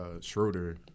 Schroeder